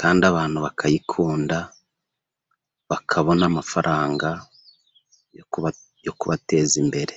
kandi abantu bakayikunda bakabona amafaranga yo kubateza imbere.